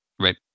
Right